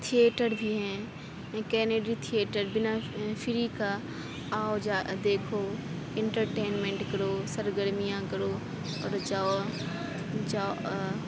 theatre بھی ہیں ایک کینیڈی تھئیٹر بنا فری کا آؤ جاؤ دیکھو انٹرٹینمنٹ کرو سرگرمیاں کرو اور جاوا جاؤ